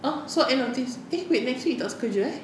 !huh! so end of this eh wait next week you tak masuk kerja eh